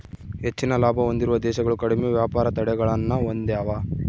ಹೆಚ್ಚಿನ ಲಾಭ ಹೊಂದಿರುವ ದೇಶಗಳು ಕಡಿಮೆ ವ್ಯಾಪಾರ ತಡೆಗಳನ್ನ ಹೊಂದೆವ